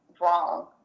wrong